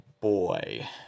boy